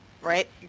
right